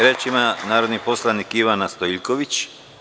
Reč ima narodni poslanik Ivana Stojiljković.